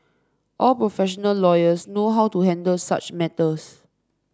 all professional lawyers know how to handle such matters